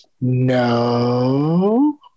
No